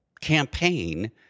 campaign